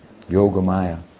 Yogamaya